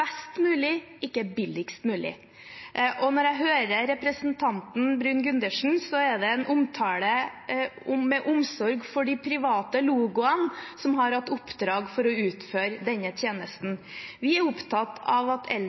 mulig, ikke billigst mulig. Når jeg hører representanten Bruun-Gundersen, er det en omtale med omsorg for de private logoene som har hatt i oppdrag å utføre denne tjenesten. Vi er opptatt av at